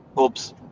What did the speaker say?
oops